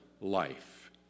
life